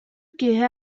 киэһэ